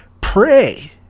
Pray